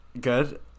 good